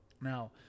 Now